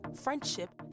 friendship